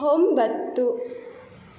ಒಂಬತ್ತು